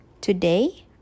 Today